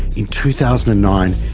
in two thousand and nine,